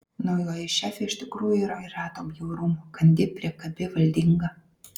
naujoji šefė iš tikrųjų yra reto bjaurumo kandi priekabi valdinga